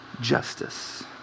justice